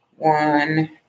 One